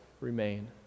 remain